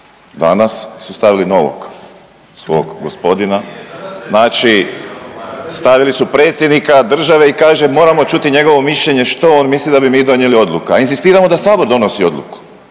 Danas su stavili novog svog gospodina. Znači stavili su predsjednika države i kaže moramo čuti njegovo mišljenje što on misli da bi mi donijeli odluku, a inzistiramo da Sabor donosi odluku.